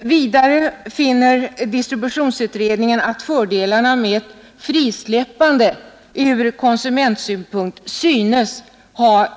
Vidare finner distributionsutredningen att fördelarna med frisläppande ur konsumentsynpunkt synes vara